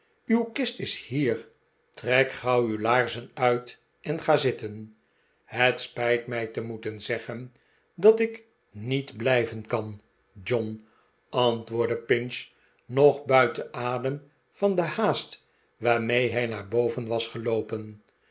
uw kist is hier trek gauw uw laarzen uit en ga zitten het spijt mij te moeten zeggen dat ik niet blijven kan john antwoordde pinch nog buiten adem van de haast waarmee hij naar boven was geloopen